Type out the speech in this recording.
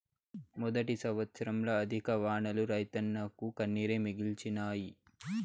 మొదటి సంవత్సరంల అధిక వానలు రైతన్నకు కన్నీరే మిగిల్చినాయి